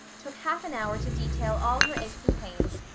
took half an hour to detail all her aches and pains,